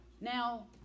Now